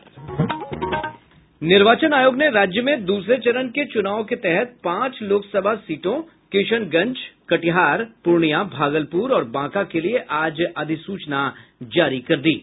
निर्वाचन आयोग ने राज्य में दूसरे चरण के चुनाव के तहत पांच लोकसभा सीटों किशनगंज कटिहार पूर्णिया भागलपुर और बांका के लिए आज अधिसूचना जारी की है